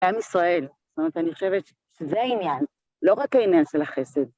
עם ישראל, זאת אומרת, אני חושבת שזה העניין, לא רק העניין של החסד.